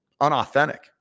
unauthentic